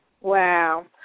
Wow